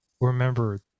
remember